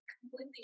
completely